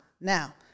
Now